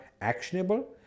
actionable